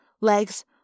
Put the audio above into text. legs